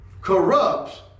corrupts